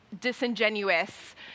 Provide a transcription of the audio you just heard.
disingenuous